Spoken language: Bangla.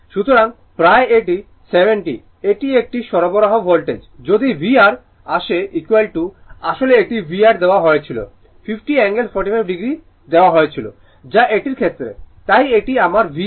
সুতরাং প্রায় এটি 70 এটি একটি সরবরাহ ভোল্টেজ যদি VR VR আসে আসলে এটি VR দেওয়া হয়েছিল 50 অ্যাঙ্গেল 45o দেওয়া হয়েছিল যা এটির ক্ষেত্রে তাই এটি আমার VR